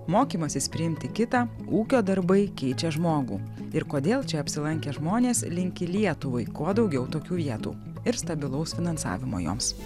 mokymasis priimti kitą ūkio darbai keičia žmogų ir kodėl čia apsilankę žmonės linki lietuvai kuo daugiau tokių vietų ir stabilaus finansavimo joms